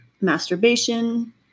masturbation